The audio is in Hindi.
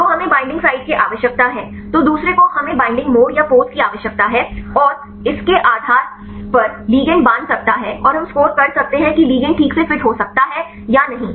तो हमें बाइंडिंग साइट की आवश्यकता है तो दूसरे को हमें बाइंडिंग मोड या पोज़ की आवश्यकता है और इसके आधार पर लिगैंड बांध सकता है और हम स्कोर कर सकते हैं कि लिगंड ठीक से फिट हो सकता है या नहीं